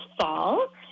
fall